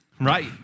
Right